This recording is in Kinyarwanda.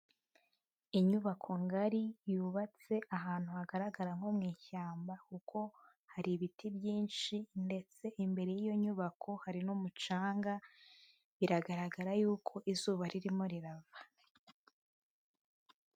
Inyubako ngari yubatse ahantu hagaragara nko mu ishyamba kuko hari ibiti byinshi ndetse imbere y'iyo nyubako hari n'umucanga biragaragara yuko izuba ririmo rirava.